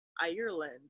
Ireland